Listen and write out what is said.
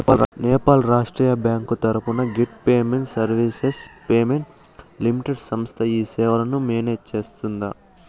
నేపాల్ రాష్ట్రీయ బ్యాంకు తరపున gate payment services private limited సంస్థ ఈ సేవలను మేనేజ్ సేస్తుందా?